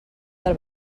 del